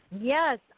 Yes